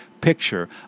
picture